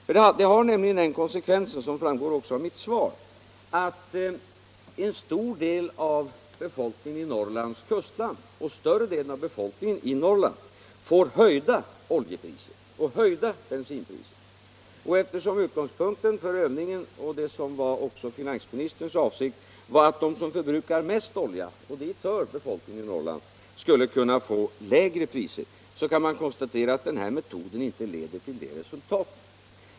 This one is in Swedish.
Som framgår av mitt svar skulle det nämligen få den konsekvensen att en stor del av befolkningen i Norrlands kustland och större delen av befolkningen i Norrland får höjda oljeoch bensinpriser. Och eftersom utgångspunkten, liksom även finansministerns avsikt, har varit att de som förbrukar mest olja — och dit hör befolkningen i Norrland — skulle få lägre priser kan man konstatera att den metoden inte leder till önskat resultat.